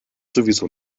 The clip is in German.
sowieso